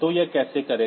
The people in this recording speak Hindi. तो यह कैसे करेगा